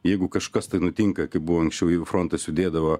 jeigu kažkas tai nutinka kaip buvo anksčiau jeigu frontas judėdavo